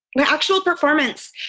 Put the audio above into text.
the actual performance,